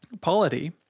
polity